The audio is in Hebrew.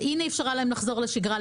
הנה היא אפשרה להם לחזור לשגרה.